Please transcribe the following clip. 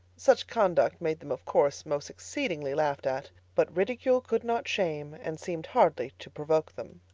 such conduct made them of course most exceedingly laughed at but ridicule could not shame, and seemed hardly to provoke them.